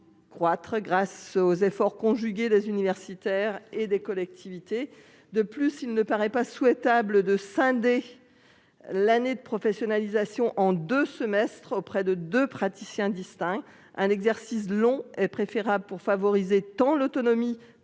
Croître grâce aux efforts conjugués des universitaires et des collectivités. De plus il ne paraît pas souhaitable de scinder. L'année de professionnalisation en 2 semestres auprès de de praticiens distincts, un exercice long préférable pour favoriser tant l'autonomie